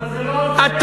אבל זה לא עוזר, לא עוזר.